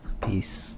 peace